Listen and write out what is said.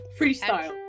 Freestyle